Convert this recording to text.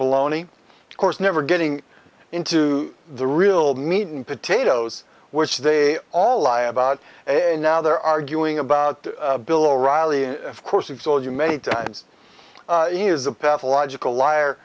baloney of course never getting into the real meat and potatoes which they all lie about and now they're arguing about bill o'reilly of course the soldier many times he is a pathological liar